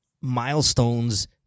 milestones